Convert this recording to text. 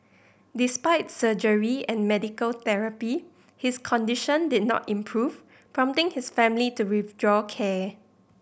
despite surgery and medical therapy his condition did not improve prompting his family to withdraw care